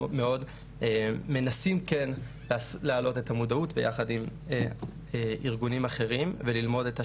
מאוד מנסים כן להעלות את המודעות ביחד עם ארגונים אחרים וללמוד את השטח.